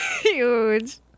Huge